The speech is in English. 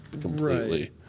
completely